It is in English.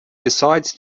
decides